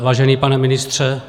Vážený pane ministře...